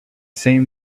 same